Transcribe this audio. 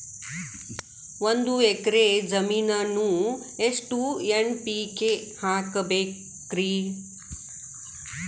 ಒಂದ್ ಎಕ್ಕರ ಜಮೀನಗ ಎಷ್ಟು ಎನ್.ಪಿ.ಕೆ ಹಾಕಬೇಕರಿ?